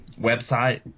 website